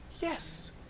Yes